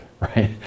right